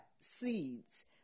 seeds